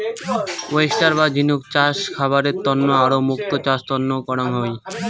oyster বা ঝিনুক চাষ খাবারের তন্ন আর মুক্তো চাষ তন্ন করাং হই